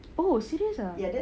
oh serious ah